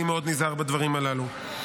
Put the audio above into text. אני מאוד נזהר בדברים הללו.